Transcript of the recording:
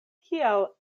kial